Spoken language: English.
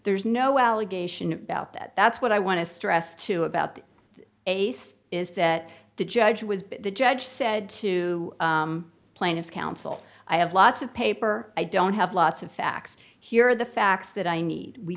there's no allegation about that that's what i want to stress to about the ace is that the judge was the judge said to plaintiff's counsel i have lots of paper i don't have lots of facts here the facts that i need we